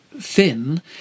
thin